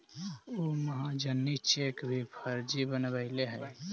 उ महाजनी चेक भी फर्जी बनवैले हइ